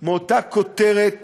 מאותה כותרת